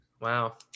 Wow